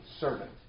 servant